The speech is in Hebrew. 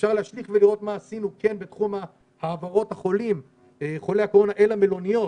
אפשר להשליך ולראות מה עשינו בתחום העברות חולי הקורונה אל המלוניות,